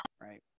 right